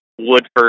Woodford